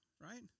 right